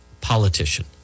politician